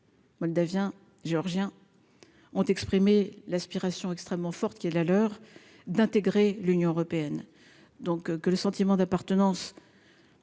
Moldavie 1 géorgiens ont exprimé l'aspiration extrêmement forte qui est la leur, d'intégrer l'Union européenne, donc, que le sentiment d'appartenance